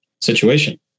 situation